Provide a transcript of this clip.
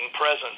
presence